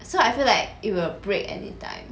so I feel like it will break anytime